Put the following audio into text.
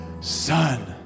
son